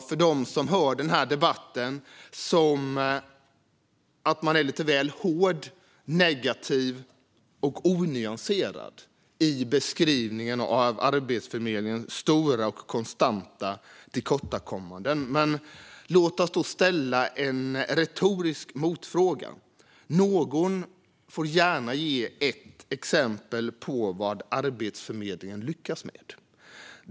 För dem som hör den här debatten kan det kanske framstå som att man är lite väl hård, negativ och onyanserad i beskrivningen av Arbetsförmedlingens stora och konstanta tillkortakommanden, men låt oss då ställa en retorisk motfråga: Kan någon ge ett exempel på vad Arbetsförmedlingen lyckats med?